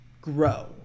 grow